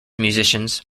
musicians